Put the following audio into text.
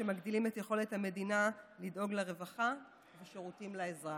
שמגדילים את יכולת המדינה לדאוג לרווחה ושירותים לאזרח.